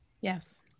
Yes